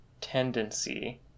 tendency